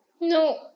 No